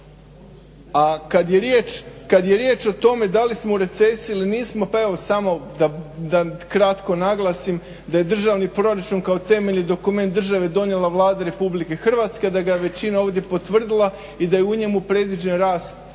A kad je riječ o tome da li smo u recesiji ili nismo pa evo samo da kratko naglasim da je državni proračun kao temeljni dokument države donijela Vlada Republike Hrvatske, a da ga je većina ovdje potvrdila i da je u njemu predviđen rast